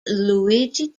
luigi